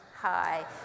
Hi